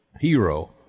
hero